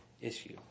issue